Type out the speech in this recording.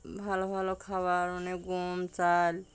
ভালো ভালো খাবার অনেক গম চাল